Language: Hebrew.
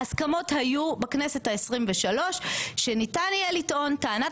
ההסכמות היו בכנסת ה-23 לפיהן ניתן יהיה לטעון טענת